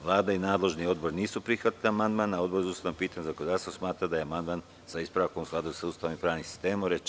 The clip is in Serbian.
Vlada i nadležni odbor nisu prihvatili amandman, a Odbor za ustavna pitanja i zakonodavstvo smatra da je amandman, sa ispravkom, u skladu sa Ustavom i pravnim sistemom Republike Srbije.